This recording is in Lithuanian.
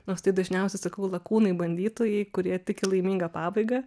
nors tai dažniausia sakau lakūnai bandytojai kurie tiki laiminga pabaiga